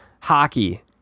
hockey